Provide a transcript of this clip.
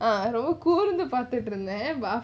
ரொம்பகூர்ந்துபாத்துட்டுஇருந்தேன்: romma kurdhu padhutu irundhen